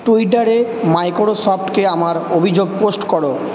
ট্যুইটারে মাইক্রোসফটকে আমার অভিযোগ পোস্ট করো